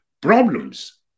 problems